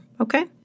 Okay